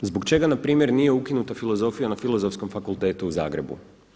Zbog čega na primjer nije ukinuta filozofija na Filozofskom fakultetu u Zagrebu?